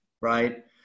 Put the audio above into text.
right